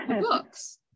books